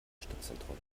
stadtzentrum